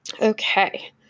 Okay